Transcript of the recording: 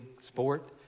sport